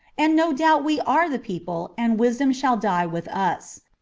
and no doubt we are the people and wisdom shall die with us.